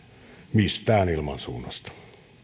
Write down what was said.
mistään ilmansuunnasta